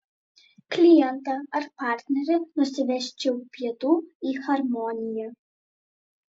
klientą ar partnerį nusivesčiau pietų į harmoniją